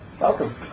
Welcome